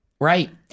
Right